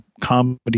comedy